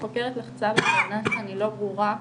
החוקרת לחצה וטענה שאני לא ברורה,